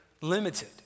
limited